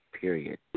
period